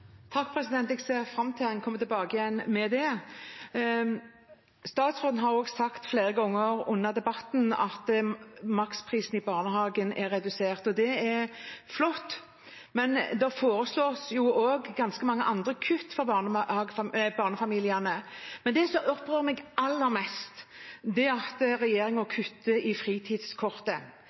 Jeg ser fram til at man kommer tilbake igjen med det. Statsråden har også sagt flere ganger at maksprisen i barnehagen er redusert, og det er flott. Men det foreslås også ganske mange andre kutt for barnefamiliene. Men det som opprører meg aller mest, er at regjeringen kutter i fritidskortet